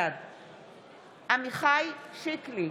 בעד עמיחי שיקלי,